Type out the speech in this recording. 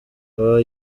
aba